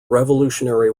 revolutionary